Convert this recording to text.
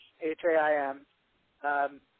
H-A-I-M